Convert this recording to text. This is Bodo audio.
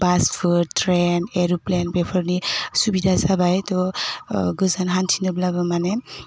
बासफोर ट्रेन एर'प्लेन बेफोरनि सुबिदा जाबाय त' गोजान हान्थिनोब्लाबो माने